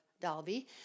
Dalby